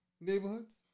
neighborhoods